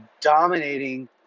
dominating